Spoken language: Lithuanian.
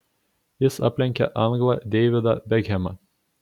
jis aplenkė anglą deividą bekhemą